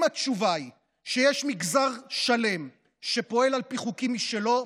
אם התשובה היא שיש מגזר שלם שפועל על פי חוקים משלו,